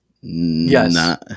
Yes